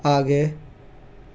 आगे